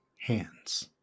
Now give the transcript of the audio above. hands